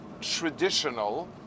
traditional